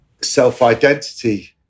self-identity